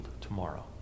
tomorrow